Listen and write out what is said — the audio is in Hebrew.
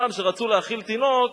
פעם כשרצו להאכיל תינוק